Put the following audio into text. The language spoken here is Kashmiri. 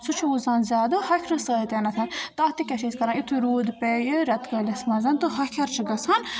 سُہ چھُ وُزان زیادٕ ہۄکھرٕ سۭتۍ تَتھ تہِ کیٛاہ چھِ أسۍ کَران یُتھُے روٗد پیٚیہِ رٮ۪تہٕ کٲلِس منٛز تہٕ ہۄکھَر چھُ گَژھان